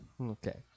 Okay